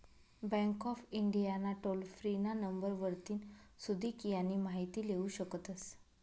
bank of India ना toll free ना number वरतीन सुदीक यानी माहिती लेवू शकतस